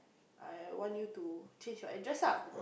I want you to change your address ah